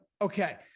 Okay